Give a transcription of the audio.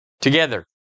Together